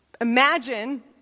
Imagine